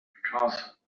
because